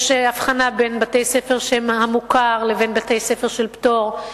יש הבחנה בין בתי-ספר שהם "מוכר" לבין בתי-ספר של "פטור",